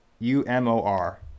U-M-O-R